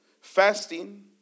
fasting